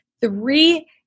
three-